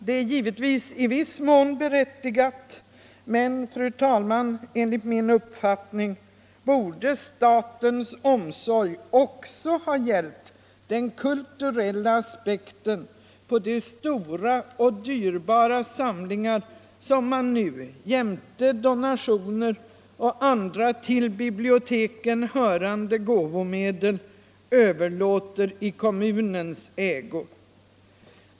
Det är givetvis i viss mån berättigat, men enligt min mening borde statens omsorg också ha gällt den kulturella aspekten på de stora och dyrbara samlingar som man nu jämte donationer och andra till biblioteken hörande gåvomedel överlåter i kommunens ägo.